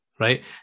Right